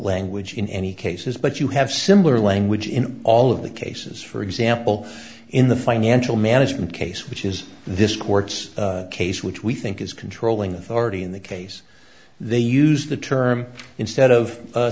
language in any cases but you have similar language in all of the cases for example in the financial management case which is this court's case which we think is controlling authority in the case they used the term instead of